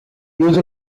use